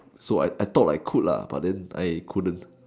so like I thought like could but then I couldn't